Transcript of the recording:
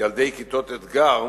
ילדי כיתות אתג"ר